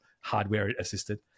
hardware-assisted